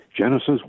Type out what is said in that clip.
Genesis